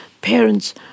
parents